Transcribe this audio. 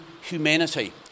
humanity